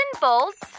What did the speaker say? bolts